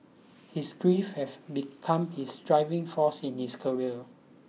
his grief have become his driving force in his career